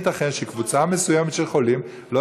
איך ייתכן שקבוצה מסוימת של חולים לא